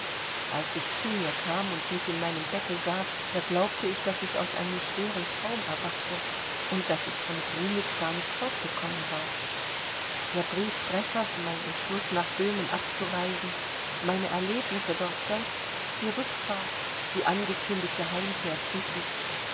als ich zu mir kam und mich in meinem bette sah da glaubte ich daß ich aus einem schweren traum erwachte und daß ich von grumitz gar nicht fortgekommen war der brief bressers mein entschluß nach böhmen abzureisen meine erlebnisse dortselbst die rückfahrt die angekündigte heimkehr friedrichs